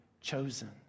chosen